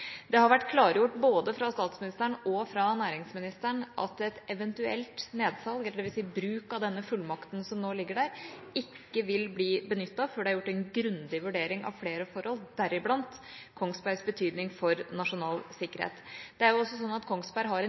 statsministeren og fra næringsministeren at et eventuelt nedsalg, eller dvs. bruk av denne fullmakten som nå ligger der, ikke vil bli benyttet før det er gjort en grundig vurdering av flere forhold, deriblant Kongsberg Gruppens betydning for nasjonal sikkerhet. Kongsberg Gruppen har også